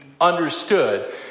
understood